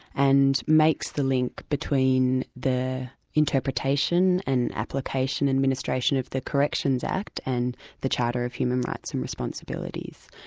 and makes the link between the interpretation and application and ministration of the corrections act, and the charter of human rights and responsibilities.